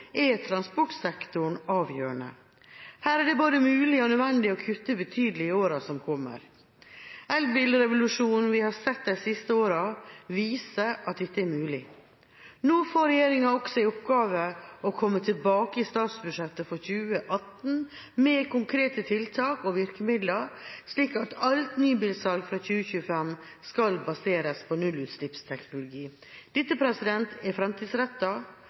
er transportsektoren avgjørende. Her er det både mulig og nødvendig å kutte betydelig i årene som kommer. Elbilrevolusjonen vi har sett de siste årene, viser at det er mulig. Nå får regjeringa også i oppgave å komme tilbake i statsbudsjettet for 2018 med konkrete tiltak og virkemidler slik at alt nybilsalg fra 2025 skal baseres på nullutslippsteknologi. Dette er framtidsrettet, og det er